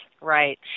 right